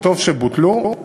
וטוב שבוטלו,